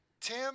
Tim